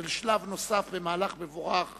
של שלב נוסף במהלך מבורך